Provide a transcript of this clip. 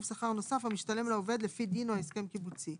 שכר נוסף המשתלם לעובד לפי דין או הסכם קיבוצי.